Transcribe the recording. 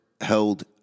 held